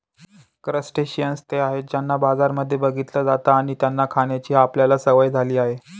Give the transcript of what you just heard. crustaceans ते आहेत ज्यांना बाजारांमध्ये बघितलं जात आणि त्यांना खाण्याची आपल्याला सवय झाली आहे